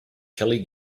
kelly